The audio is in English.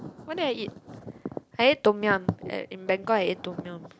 what did I eat I ate Tom-yum at Bangkok I ate Tom-yum